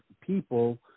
people